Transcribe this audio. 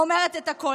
אומרת את הכול.